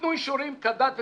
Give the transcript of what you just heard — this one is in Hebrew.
ניתנו אישורים כדת וכדין,